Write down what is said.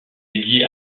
dédié